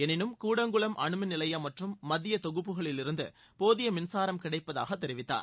எனினும் கூடங்குளம் அனுமின் நிலையம் மற்றும் மத்திய தொகுப்புகளிலிருந்து போதிய மின்சாரம் கிடைப்பதாகக் தெரிவித்தார்